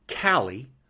Callie